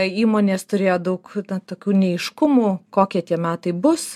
įmonės turėjo daug na tokių neaiškumų kokie tie metai bus